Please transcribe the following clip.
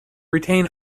retain